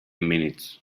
minutes